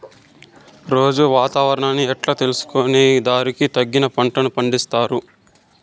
రోజూ వాతావరణాన్ని ఎట్లా తెలుసుకొని దానికి తగిన పంటలని పండిస్తారు?